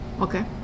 Okay